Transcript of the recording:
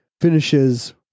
Finishes